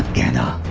and